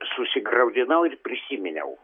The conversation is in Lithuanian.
susigraudinau ir prisiminiau